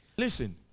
listen